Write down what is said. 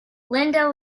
linda